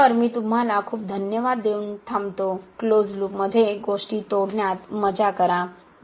तर मी तुम्हाला खूप धन्यवाद देऊन थांबतो क्लोज लूपमध्ये गोष्टी तोडण्यात मजा करा